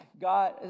God